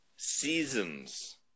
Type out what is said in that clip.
Seasons